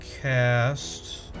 cast